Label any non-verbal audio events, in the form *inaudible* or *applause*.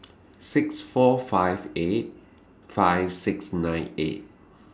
*noise* six four five eight five six nine eight